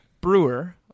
Brewer